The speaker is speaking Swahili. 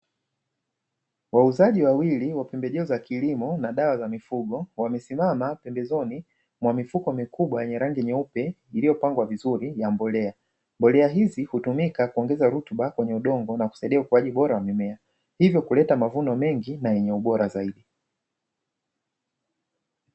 Wauzaji wawili wa pembejeo za kilimo na dawa za mifugo wamesimama pembezoni mwa mifuko mikubwa yenye rangi nyeupe iliyopangwa vizuri ya mbolea. Mbolea hizi hutumika kuongeza rutuba kwenye udongo na kusaidia ukuaji bora wa mimea, hivyo kuleta mavuno mengi na yenye ubora zaidi.